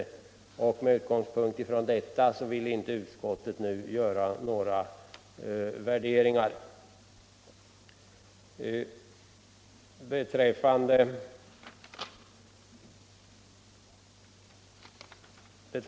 Utskottet vill därför inte nu göra några värderingar.